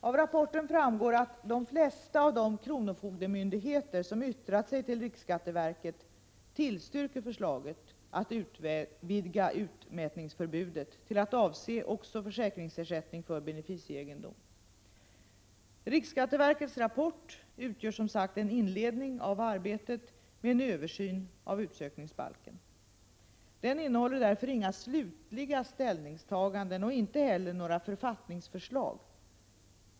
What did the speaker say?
Av rapporten framgår att de flesta av de kronofogdemyndigheter som yttrat sig till riksskatteverket tillstyrker förslaget att utvidga utmätningsförbudet till att avse också försäkringsersättning för beneficieegendom. Riksskatteverkets rapport utgör som sagt en inledning av arbetet med en översyn av utsökningsbalken. Den innehåller därför inga slutliga ställningstaganden och inte heller några författningsförslag.